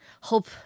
hope